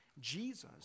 Jesus